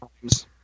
times